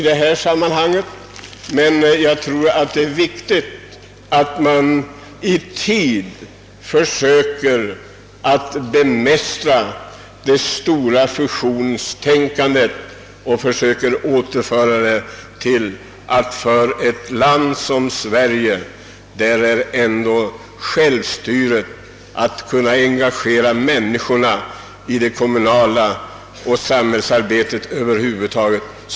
Det är enligt min mening viktigt att vi i tid försöker bemästra det stora fusionstänkandet och återför utvecklingen i den riktningen — vilket för ett land som Sverige är viktigast — att via självstyrelsen kunna engagera människorna i kommunalt arbete och i samhällsarbete över huvud taget.